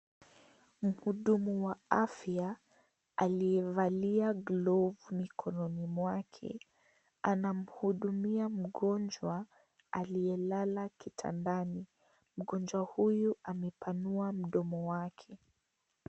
Mhudumu wa afya aliyevalia glovu mikononi mwake anamhudumia mgonjwa aliyelala kitandani mgonjwa huyu amepanua mdomo wake.